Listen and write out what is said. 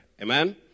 Amen